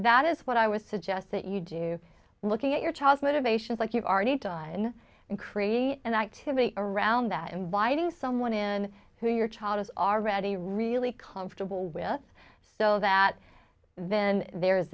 that is what i would suggest that you do looking at your child motivations like you've already done in creating an activity around that inviting someone in who your child is already really comfortable with so that then there